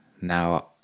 now